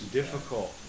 difficult